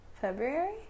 February